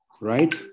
Right